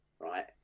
right